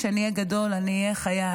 כשאני אהיה גדול אני אהיה חייל,